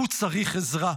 הוא צריך עזרה.